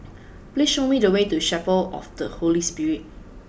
please show me the way to Chapel of the Holy Spirit